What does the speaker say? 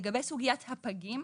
לגבי סוגיית הפגים,